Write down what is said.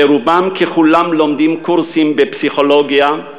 ורובם ככולם לומדים קורסים בפסיכולוגיה,